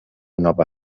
nova